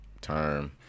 term